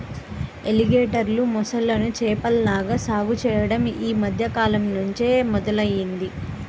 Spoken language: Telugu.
ఎలిగేటర్లు, మొసళ్ళను చేపల్లాగా సాగు చెయ్యడం యీ మద్దె కాలంనుంచే మొదలయ్యింది